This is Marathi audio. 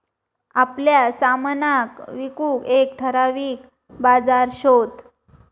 आपल्या सामनाक विकूक एक ठराविक बाजार शोध